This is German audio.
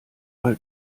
mal